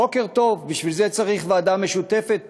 בוקר טוב, בשביל זה צריך ועדה משותפת?